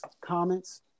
comments